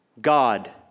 God